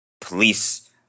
police